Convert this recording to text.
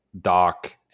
Doc